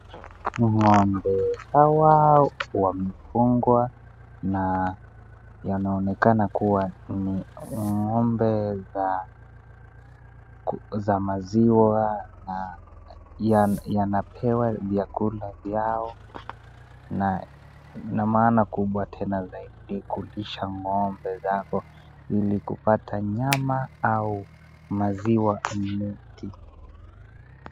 Ng'ombe hawa wamefungwa na yanaonekana kuwa ni ng'ombe za maziwa na yanapewa vyakula vyao na ina maana kubwa tena zaidi kulisha ng'ombe zako ili kupata nyama au maziwa mingi.